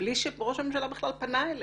בלי שראש הממשלה בכלל פנה אליה.